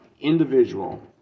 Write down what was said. individual